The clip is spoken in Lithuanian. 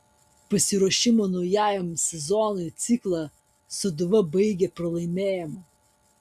pasiruošimo naujajam sezonui ciklą sūduva baigė pralaimėjimu